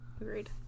agreed